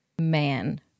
Man